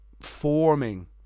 forming